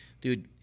dude